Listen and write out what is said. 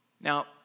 Now